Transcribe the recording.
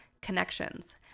connections